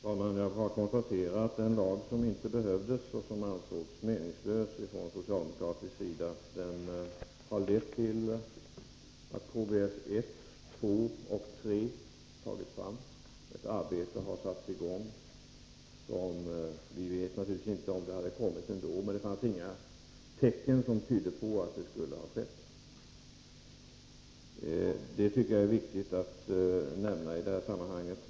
Fru talman! Jag konstaterar bara att den lag som från socialdemokratisk sida ansågs vara inte behövlig eller meningslös har lett till att KBS 1, 2 och 3 tagits fram. Vi vet naturligtvis inte om detta arbete ändå hade kommit till stånd, men det fanns inga tecken som tydde på att så skulle komma att ske. Det tycker jag är viktigt att nämna i detta sammanhang.